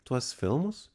tuos filmus